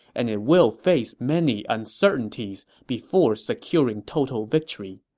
and it will face many uncertainties before securing total victory.